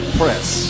press